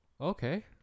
Okay